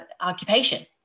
occupation